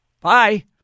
Bye